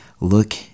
look